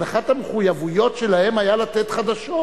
אבל אחת המחויבויות שלהם היתה לתת חדשות.